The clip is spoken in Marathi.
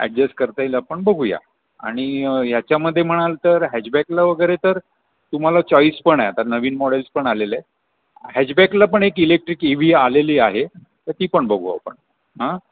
ॲडजस करता येईल आपण बघूया आणि याच्यामध्ये म्हणाल तर हॅजबॅकला वगैरे तर तुम्हाला चॉईस पण आहे आता नवीन मॉडेल्स पण आलेले हॅजबॅकला पण एक इलेक्ट्रिक ई व्ही आलेली आहे तर ती पण बघू आपण हां